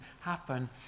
happen